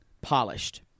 polished